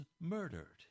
murdered